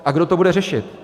A kdo to bude řešit?